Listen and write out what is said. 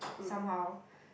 somehow